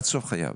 עד סוף חייו,